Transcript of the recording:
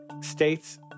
states